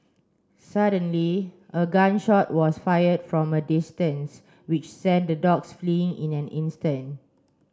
suddenly a gun shot was fired from a distance which sent the dogs fleeing in an instant